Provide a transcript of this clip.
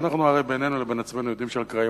והרי בינינו לבין עצמנו אנחנו יודעים שלפעמים